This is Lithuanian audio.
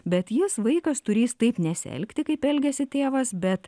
bet jis vaikas turįs taip nesielgti kaip elgiasi tėvas bet